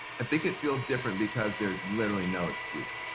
i think it feels different because there's literally no excuse,